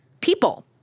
people